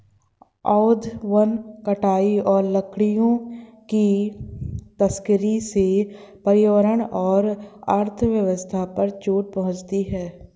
अवैध वन कटाई और लकड़ियों की तस्करी से पर्यावरण और अर्थव्यवस्था पर चोट पहुँचती है